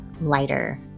lighter